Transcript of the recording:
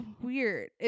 weird